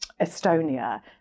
Estonia